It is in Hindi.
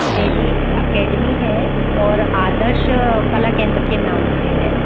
मेरी ये एकेडमी है और आदर्श कला केंद्र के नाम से है